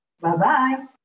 Bye-bye